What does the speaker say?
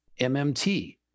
MMT